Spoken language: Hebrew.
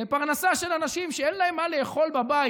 לפרנסה של אנשים שאין להם מה לאכול בבית,